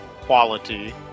quality